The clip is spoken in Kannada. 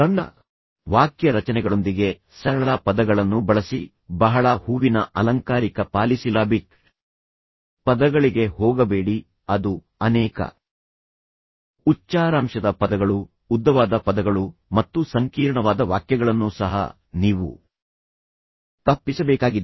ಸಣ್ಣ ವಾಕ್ಯ ರಚನೆಗಳೊಂದಿಗೆ ಸರಳ ಪದಗಳನ್ನು ಬಳಸಿ ಬಹಳ ಹೂವಿನ ಅಲಂಕಾರಿಕ ಪಾಲಿಸಿಲಾಬಿಕ್ ಪದಗಳಿಗೆ ಹೋಗಬೇಡಿ ಅದು ಅನೇಕ ಉಚ್ಚಾರಾಂಶದ ಪದಗಳು ಉದ್ದವಾದ ಪದಗಳು ಮತ್ತು ಸಂಕೀರ್ಣವಾದ ವಾಕ್ಯಗಳನ್ನು ಸಹ ನೀವು ತಪ್ಪಿಸಬೇಕಾಗಿದೆ